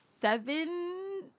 seven